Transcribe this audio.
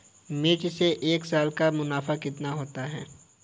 मिर्च से एक साल का मुनाफा कितना होता है?